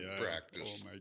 practice